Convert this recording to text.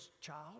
child